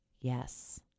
Yes